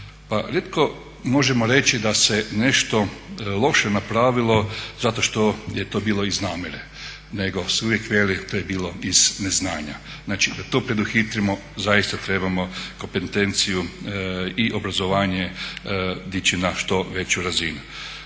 Pa rijetko možemo reći da se nešto loše napravilo zato što je to bilo iz namjere, nego se uvijek veli to je bilo iz neznanja. Znači, da to preduhitrimo zaista trebamo kompetenciju i obrazovanje dići na što veću razinu.